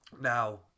Now